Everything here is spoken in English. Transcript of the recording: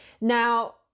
now